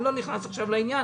ואני לא נכנס לעניין,